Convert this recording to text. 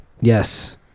yes